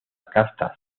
casta